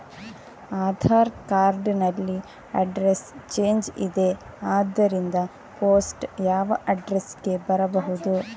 Aadhaar card ನಲ್ಲಿ address change ಇದೆ ಆದ್ದರಿಂದ ಪೋಸ್ಟ್ ಯಾವ ಅಡ್ರೆಸ್ ಗೆ ಬರಬಹುದು?